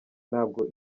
ntabwo